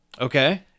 Okay